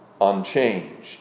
unchanged